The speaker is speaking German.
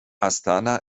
astana